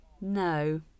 No